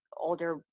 older